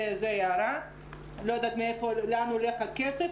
לא יודעת לאן הולך הכסף,